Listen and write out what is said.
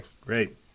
Great